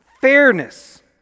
fairness